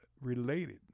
related